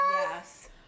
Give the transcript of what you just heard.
Yes